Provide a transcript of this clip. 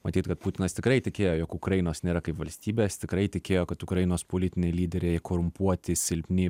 matyt kad putinas tikrai tikėjo jog ukrainos nėra kaip valstybės tikrai tikėjo kad ukrainos politiniai lyderiai korumpuoti silpni